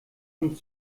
und